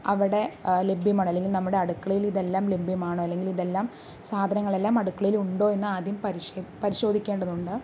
അവിടെ ലഭ്യമാണോ അല്ലെങ്കിൽ നമ്മുടെ അടുക്കളയിൽ ഇതെല്ലാം ലഭ്യമാണോ അല്ലെങ്കിൽ ഇതെല്ലാം സാധനങ്ങൾ എല്ലാം അടുക്കളയിൽ ഉണ്ടോ എന്ന് ആദ്യം പരിശോധിക്കേണ്ടതുണ്ട്